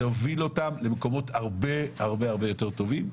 זה הוביל אותם למקומות הרבה הרבה הרבה יותר טובים.